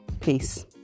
peace